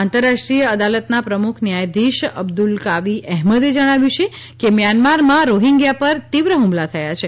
આંતરરાષ્ટ્રીય અદાલતના પ્રમુખ ન્યાયધીશ અબ્દુલકાવી અહેમદે જણાવ્યું કે મ્યાંનમારમાં રોહિંગ્યા પર તીવ્ર હુમલા થયા છે